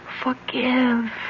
Forgive